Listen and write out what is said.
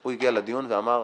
הוא הגיע לדיון ואמר,